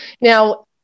Now